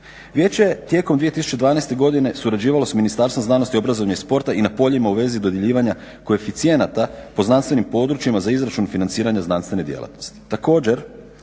Vijeće je tijekom 2012. godine surađivalo sa Ministarstvom znanosti, obrazovanja i sporta i na poljima u vezi dodjeljivanja koeficijenata po znanstvenim područjima za izračun financiranja znanstvene djelatnosti.